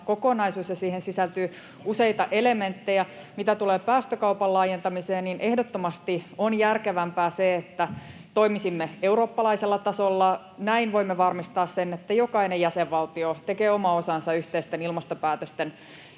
kokonaisuus, ja siihen sisältyy useita elementtejä. Mitä tulee päästökaupan laajentamiseen, niin ehdottomasti on järkevämpää se, että toimisimme eurooppalaisella tasolla. Näin voimme varmistaa sen, että jokainen jäsenvaltio tekee oman osansa yhteisten ilmastopäätösten